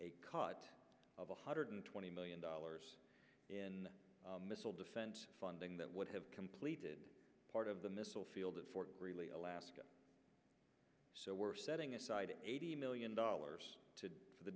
a cut of one hundred twenty million dollars in missile defense funding that would have completed part of the missile field at fort greely alaska so we're setting aside eighty million dollars to